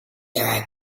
tranquil